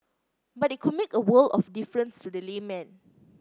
but it could make a world of difference to the layman